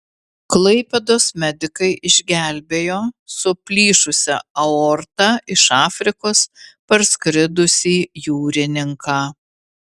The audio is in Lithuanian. klaipėdos medikai išgelbėjo su plyšusia aorta iš afrikos parskridusį jūrininką